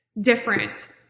different